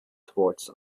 towards